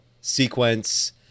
sequence